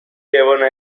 devono